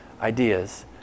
ideas